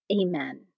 Amen